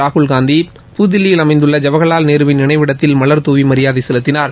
ராகுல்காந்தி புதுதில்லியில் அமைந்துள்ள ஜவஹர்லால் நேருவின் நினைவிடத்தில் மலர் தூவி மரியாதை செலுத்தினார்